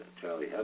Charlie